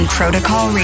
Protocol